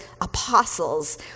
apostles